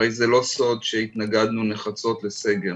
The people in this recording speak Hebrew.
הרי זה לא סוד שהתנגדנו נחרצות לסגר.